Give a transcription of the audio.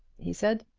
he said.